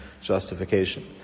justification